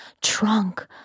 trunk